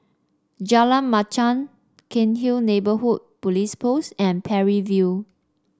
Jalan Machang Cairnhill Neighbourhood Police Post and Parry View